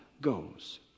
goes